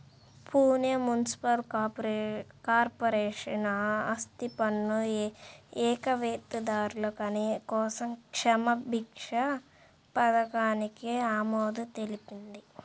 Pune municipal corporation ఆస్తిపన్ను ఎగవేతదారుల కోసం క్షమాభిక్ష పథకానికి ఆమోదం తెలిపింది